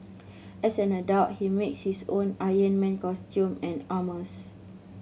as an adult he makes his own Iron Man costume and armours